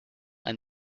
and